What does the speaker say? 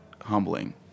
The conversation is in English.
humbling